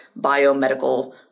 biomedical